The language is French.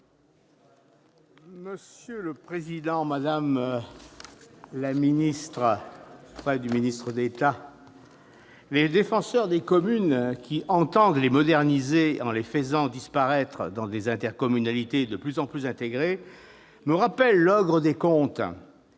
Monsieur le président, madame la ministre, les défenseurs des communes qui entendent les moderniser en les faisant disparaître dans des intercommunalités de plus en plus intégrées me rappellent l'ogre des contes